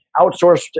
outsourced